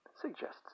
suggests